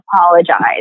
apologize